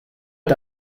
est